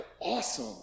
awesome